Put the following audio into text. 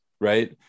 right